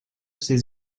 ses